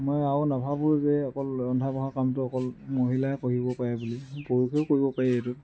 মই আৰু নাভাবোঁ যে অকল ৰন্ধা বঢ়া কামটো অকল মহিলাই কৰিব পাৰে বুলি পুৰুষো কৰিব পাৰি সেইটো